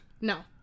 No